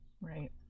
Right